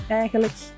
eigenlijk